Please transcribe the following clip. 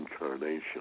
incarnation